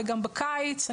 וגם בקיץ,